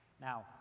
Now